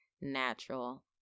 natural